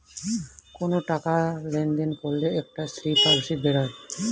কোনো টাকা লেনদেন করলে একটা স্লিপ বা রসিদ বেরোয়